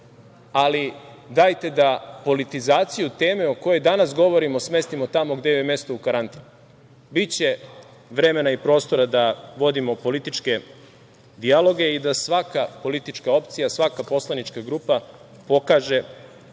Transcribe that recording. ali dajte da politizaciju teme o kojoj danas govorimo smestimo tamo gde joj je mesto, u karantin. Biće vremena i prostora da vodimo političke dijaloge i da svaka politička opcija, svaka poslanička grupa pokaže